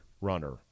runner